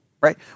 right